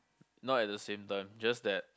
not at the same time just that